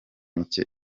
mike